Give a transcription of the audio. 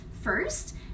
first